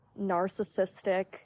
narcissistic